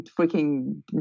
freaking